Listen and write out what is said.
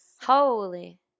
Holy